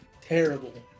terrible